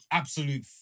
absolute